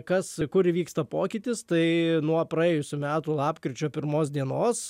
kas kur vyksta pokytis tai nuo praėjusių metų lapkričio pirmos dienos